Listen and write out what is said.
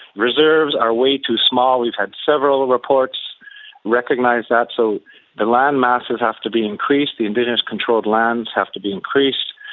reserves are way too small. we've had several reports recognise that, so the land masses have to be increased, indigenous controlled lands have to be increased,